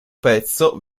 pezzo